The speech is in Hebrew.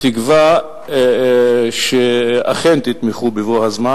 תקווה שאכן תתמכו בבוא הזמן.